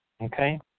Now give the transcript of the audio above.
Okay